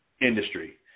industry